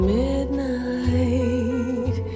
midnight